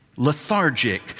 lethargic